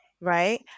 right